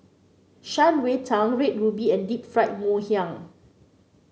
Shan Rui Tang Red Ruby and Deep Fried Ngoh Hiang